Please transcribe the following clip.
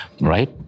Right